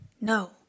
no